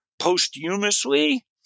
posthumously